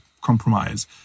compromise